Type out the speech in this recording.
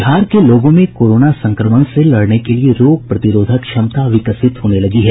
बिहार के लोगों में कोरोना संक्रमण से लड़ने के लिए रोग प्रतिरोधक क्षमता विकसित होने लगी है